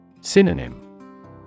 Synonym